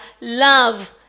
love